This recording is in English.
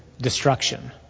destruction